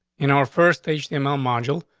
in our first aged amount module,